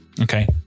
Okay